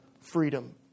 freedom